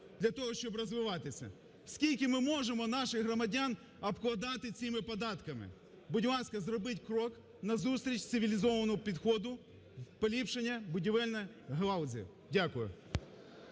для того, щоб розвиватися. Скільки ми можемо наших громадян обкладати цими податками? Будь ласка, зробіть крок назустріч цивілізованому підходу поліпшення будівельної галузі. Дякую.